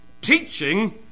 Teaching